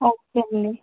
okay అండి